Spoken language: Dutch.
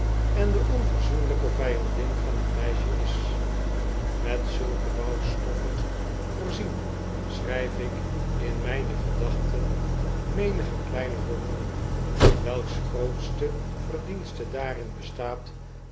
en de onverzoenlijke vijandin van het meisje is met zulke bouwstoffen voorzien schryf ik in myne gedachten menigen kleinen roman welks grootste verdienste daarin bestaat